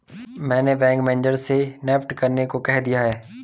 मैंने bank manager से NEFT करने को कह दिया है